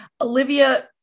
Olivia